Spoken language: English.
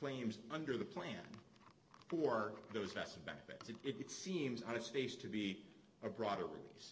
claims under the plan for those massive benefit it seems on its face to be a broader release